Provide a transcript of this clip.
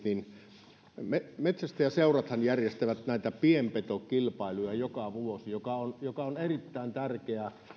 niin että kun metsästäjäseurathan järjestävät pienpetokilpailuja joka vuosi niin on erittäin tärkeää